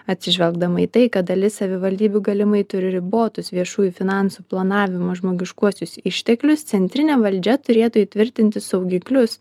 atsižvelgdama į tai kad dalis savivaldybių galimai turi ribotus viešųjų finansų planavimo žmogiškuosius išteklius centrinė valdžia turėtų įtvirtinti saugiklius